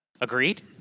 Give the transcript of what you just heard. Agreed